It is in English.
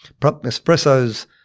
espressos